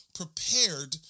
prepared